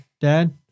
dad